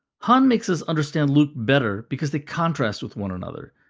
han makes us understand luke better because they contrast with one another.